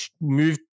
moved